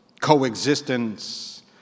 coexistence